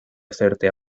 hacerte